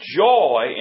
joy